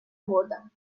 آوردم